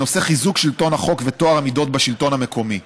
בנושא חיזוק שלטון החוק וטוהר המידות בשלטון המקומי.